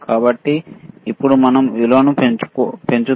కాబట్టి ఇప్పుడు మనం విలువను పెంచుతున్నాము